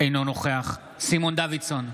אינו נוכח סימון דוידסון,